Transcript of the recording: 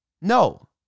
No